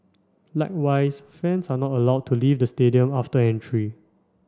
likewise fans are not allowed to leave the stadium after entry